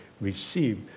receive